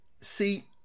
see